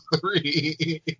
three